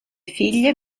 figlie